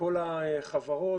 מכל החברות.